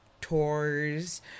tours